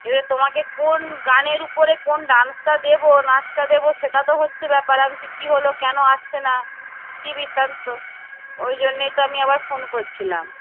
এবার তোমাকে কোন গানের উপরে কোন ডান্সটা দেবো নাচটা দেবো সেটা তো হচ্ছে ব্যাপার আমি ভাবছি কী হলো কেনো আসছে না কী বৃত্তান্ত ওইজন্যেই তো আমি আবার ফোন করছিলাম